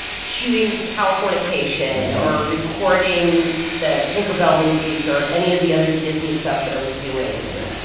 shooting californication or recording the tinker bell movies or any of the other disney stuff that i was doing. yeah.